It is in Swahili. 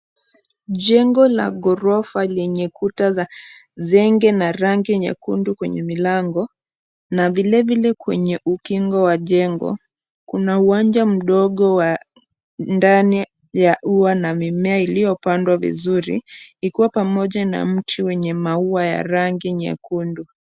Jengo la ghorofa lenye kuta za zenge na rangi nyekundu kwenye milango na vilevile kwenye ukingo wa jengo. Kuna uwanja mdogo wa ndani ya ua na mimea iliyopandwa vizuri, ikiwa pamoja na mti wenye maua ya rangi nyekundu.